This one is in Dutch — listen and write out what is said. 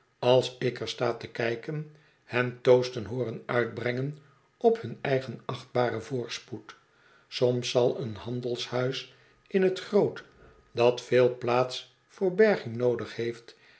als ik er sta te kijken hen toasten hooren uitbrengen op hun eigen achtbaren voorspoed soms zal een handelshuis in t groot dat veel plaats voor borging noodig heeft